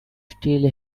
still